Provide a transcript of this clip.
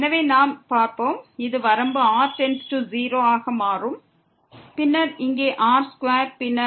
எனவே நாம் பார்ப்போம் இது வரம்பு r→0 ஆக மாறும் பின்னர் இங்கே r2 பின்னர்